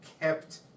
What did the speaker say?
kept